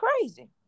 crazy